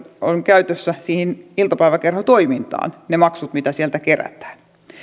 on käytössä siihen iltapäiväkerhotoimintaan kaikki ne maksut mitä sieltä kerätään